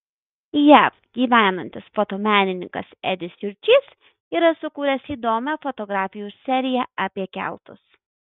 jav gyvenantis fotomenininkas edis jurčys yra sukūręs įdomią fotografijų seriją apie keltus